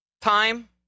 Time